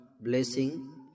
blessing